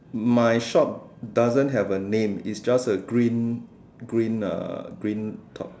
my shop doesn't have a name it's just a green green uh green top